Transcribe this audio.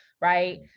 right